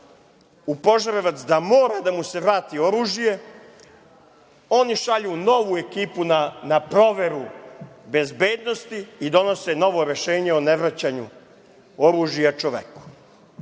u Požarevac, da mora da mu se vrati oružje, oni šalju novu ekipu na proveru bezbednosti i donose novo rešenje o ne vraćanju oružja čoveku.